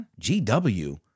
GW